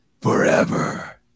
forever